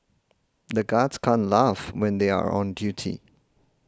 the guards can't laugh when they are on duty